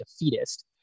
defeatist